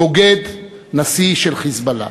בוגד, נשיא של "חיזבאללה".